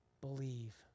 believe